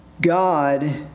God